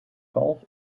kalf